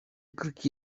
kırk